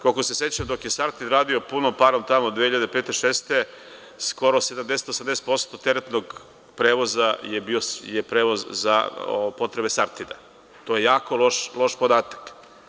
Koliko se sećam, dok je „Sartid“ radio punom parom tamo 2005-2006. godine, skoro 70-80% teretnog prevoza je bio prevoz za potrebe „Sartida“, to je jako loš podatak.